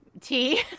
tea